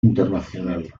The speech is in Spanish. internacional